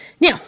Now